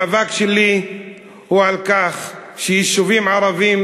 המאבק שלי הוא על כך שיישובים ערביים